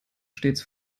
stets